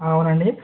అవునండి